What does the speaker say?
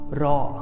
raw